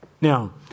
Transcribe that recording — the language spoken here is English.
Now